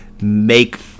make